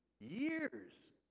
years